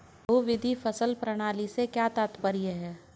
बहुविध फसल प्रणाली से क्या तात्पर्य है?